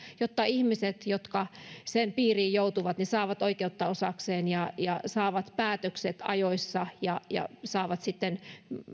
jotta ihmiset jotka sen piiriin joutuvat saavat oikeutta osakseen ja ja saavat päätökset ajoissa ja ja saavat sitten